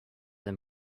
and